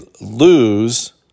lose